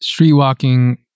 Streetwalking